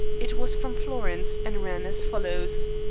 it was from florence, and ran as follows